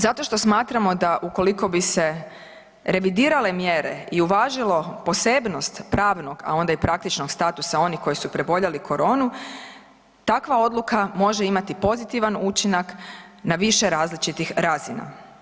Zato što smatramo da ukoliko bi se revidirale mjere i uvažilo posebnost pravnog, a onda i praktičnog statusa onih koji su preboljeli koronu takva odluka može imati pozitivan učinak na više različitih razina.